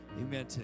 Amen